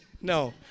No